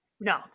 No